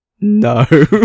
no